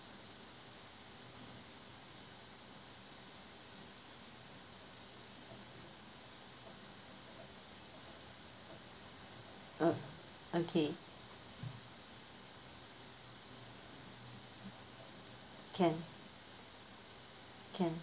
oh okay can can